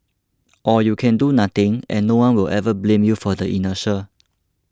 or you can do nothing and no one will ever blame you for the inertia